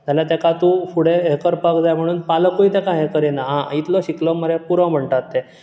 जाल्यार ताका तूं फुडें हे करपाक जाय म्हणून पालकूय हे करीना आ इतलो शिकलो मरे पुरो म्हणटात ते